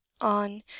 on